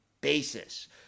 basis